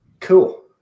Cool